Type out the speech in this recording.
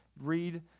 read